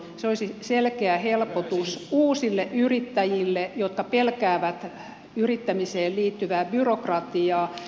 se olisi selkeä helpotus uusille yrittäjille jotka pelkäävät yrittämiseen liittyvää byrokratiaa